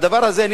והדבר הזה,